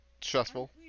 Stressful